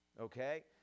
okay